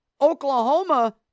Oklahoma